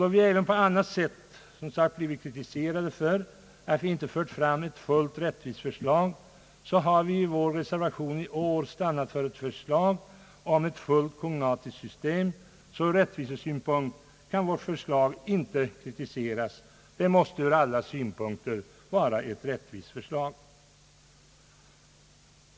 Då vi även på annat sätt blivit kritiserade för att vi inte fört fram ett fullt rättvist förslag, så har vi i vår reservation i år stannat för ett förslag om ett fullt kognatiskt system. Ur rättvisesynpunkt kan vårt förslag följakt ligen inte kritiseras. Det måste vara ett ur alla synpunkter rättvist förslag.